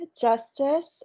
justice